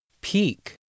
Peak